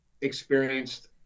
experienced